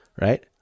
right